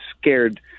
scared